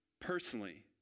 personally